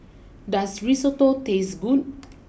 does Risotto taste good